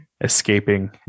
escaping